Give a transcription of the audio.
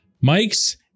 Mike's